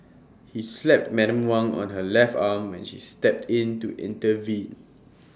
he slapped Madam Wang on her left arm when she stepped in to intervene